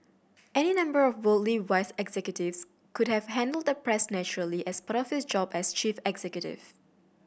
any number of worldly wise executives could have handled the press naturally as part of his job as chief executive